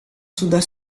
sudah